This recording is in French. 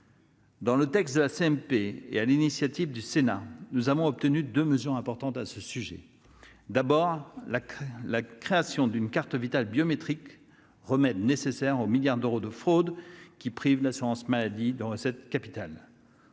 Dans le texte de la CMP, et sur l'initiative du Sénat, nous avons obtenu deux mesures importantes à ce sujet. Tout d'abord, la création d'une carte Vitale biométrique, remède nécessaire aux milliards d'euros de fraude qui privent l'assurance maladie de recettes capitales.